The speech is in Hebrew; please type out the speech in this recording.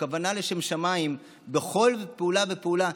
הכוונה לשם שמיים בכל פעולה ופעולה,